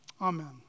Amen